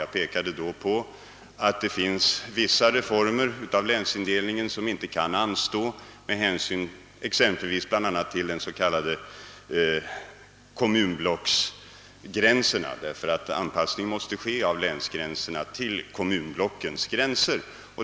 Jag sade då att vissa reformer av länsindelningen inte kan anstå, bl.a. med hänsyn till kommunblocksgränserna. Denna anpassning av länsgränserna till kommunblocksgränserna måste göras.